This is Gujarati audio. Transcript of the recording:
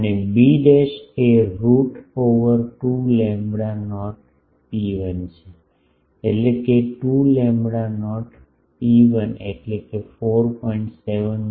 અને બી એ રુટ ઓવેર 2 લેમ્બડા નોટ ρ1 છે એટલે કે 2 લેમ્બડા નોટ ρe એટલે કે 4